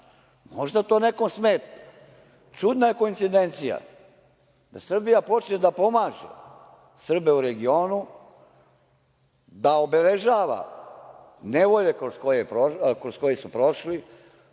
to nekome smeta. Čudna je koincidencija, da Srbija počne da pomaže Srbe u regionu, da obeležava nevolje kroz koje su prošli,